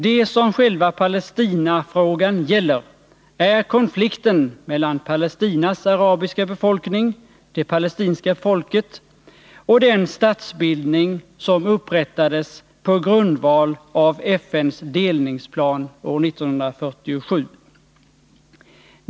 Det som själva Palestinafrågan gäller är konflikten mellan Palestinas arabiska befolkning — det palestinska folket — och den statsbildning som upprättades på grundval av FN:s delningsplan år 1947.